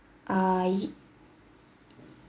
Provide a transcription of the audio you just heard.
ah y~